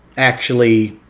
actually